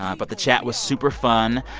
um but the chat was super fun.